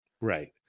Right